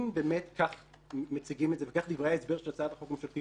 אם באמת כך מציגים את זה ואלה דברי ההסבר של הצעת החוק הממשלתית,